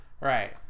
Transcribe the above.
Right